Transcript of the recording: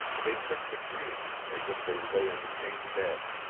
they took to dreaming, as if they lay in the same bed.